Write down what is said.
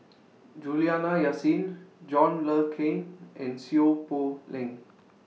Juliana Yasin John Le Cain and Seow Poh Leng